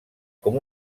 com